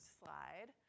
slide